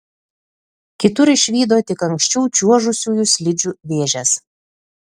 kitur išvydo tik anksčiau čiuožusiųjų slidžių vėžes